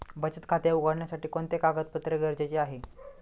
बचत खाते उघडण्यासाठी कोणते कागदपत्रे गरजेचे आहे?